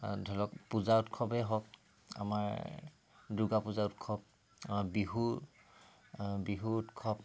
ধৰি লওক পূজা উৎসৱেই হওক আমাৰ দূৰ্গা পূজা উৎসৱ আমাৰ বিহু বিহু উৎসৱ